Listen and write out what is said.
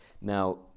Now